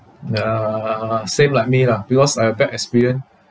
ya same like me lah because I have bad experience